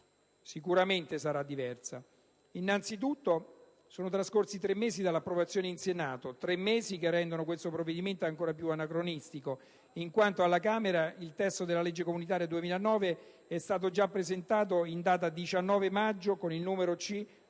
sicuramente lo sarà. Innanzitutto, sono trascorsi tre mesi dall'approvazione in Senato, che rendono questo provvedimento ancora più anacronistico in quanto alla Camera il testo della legge comunitaria 2009 è stato già presentato in data 19 maggio, come Atto Camera n.